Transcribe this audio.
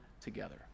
together